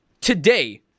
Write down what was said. today